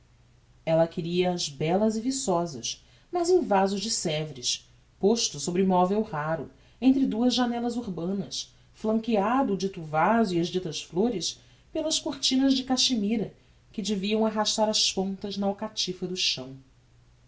ella queria as bellas e viçosas mas em vaso de svres posto sobre movel raro entre duas janellas urbanas flanqueado o dito vaso e as ditas flores pelas cortinas de cachemira que deviam arrastar as pontas na alcatifa do chão